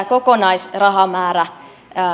kokonaisrahamäärä